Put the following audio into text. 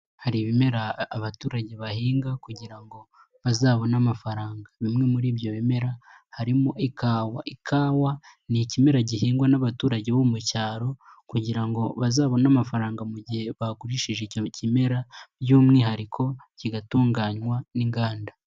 Hari ibimera abaturage bahinga kugira ngo bazabone amafaranga, bimwe muri ibyo bimera harimo ikawa, ikawa ni ikimera gihingwa n'abaturage bo mu cyaro kugira ngo bazabone amafaranga mu gihe bagurishije icyo kimera by'umwihariko kigatunganywa n'inganda.